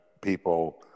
people